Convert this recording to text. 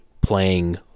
playing